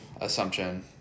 assumption